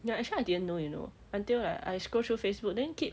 ya actually I didn't know you know until like I scroll through facebook then keep